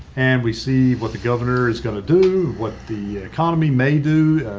and we see what the governor is going to do what the economy may do,